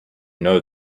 know